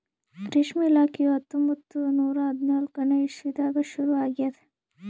ರೇಷ್ಮೆ ಇಲಾಖೆಯು ಹತ್ತೊಂಬತ್ತು ನೂರಾ ಹದಿನಾಲ್ಕನೇ ಇಸ್ವಿದಾಗ ಶುರು ಆಗ್ಯದ್